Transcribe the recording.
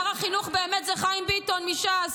שר החינוך באמת הוא חיים ביטון מש"ס.